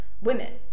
women